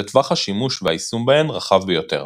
וטווח השימוש והיישום בהן רחב ביותר.